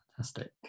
Fantastic